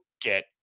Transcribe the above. get